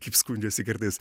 kaip skundžiuosi kartais